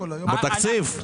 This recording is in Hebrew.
בתקציב.